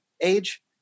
age